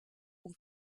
und